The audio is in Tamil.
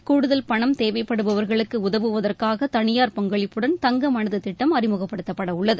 பணம் கூடுதல் தேவைப்படுபவர்களுக்கு உதவுவதற்காக தனியார் பங்களிப்புடன் தங்க திட்டம் மனது அறிமுகப்படுத்தப்படவுள்ளது